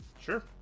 Sure